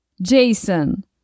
Jason